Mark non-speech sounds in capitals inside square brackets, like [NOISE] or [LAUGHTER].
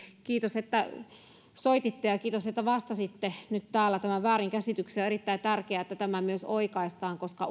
kiitos että soititte ja kiitos että vastasitte nyt täällä tähän väärinkäsitykseen on erittäin tärkeää että tämä myös oikaistaan koska [UNINTELLIGIBLE]